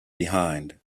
behind